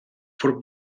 for